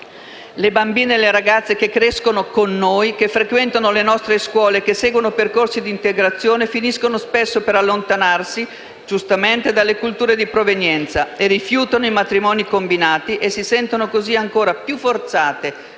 Le bambine e le ragazze che crescono con noi, che frequentano le nostre scuole e che seguono percorsi di integrazione, finiscono spesso per allontanarsi, giustamente, dalle culture di provenienza, rifiutano i matrimoni combinati e si sentono così ancora più forzate